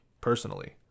personally